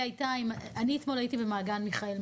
אתמול הייתי במעגן מיכאל.